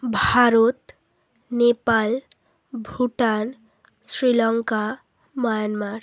Bharat Nepal Bhutan Sri Lanka Myanmar